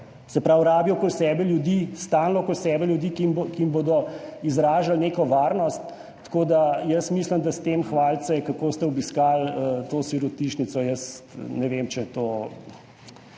se pravi, rabijo okoli sebe ljudi, stalno okoli sebe ljudi, ki jim bodo izražali neko varnost. Tako da jaz mislim, da s tem hvalite, kako ste obiskali to sirotišnico, jaz ne vem, če je